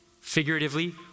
figuratively